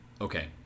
okay